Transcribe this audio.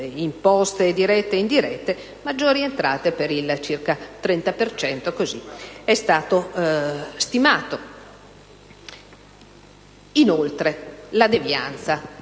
imposte dirette e indirette, maggiori entrate per il circa 30 per cento: così è stato stimato. Inoltre, veniamo